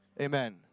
Amen